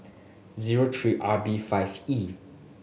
zero three R B five E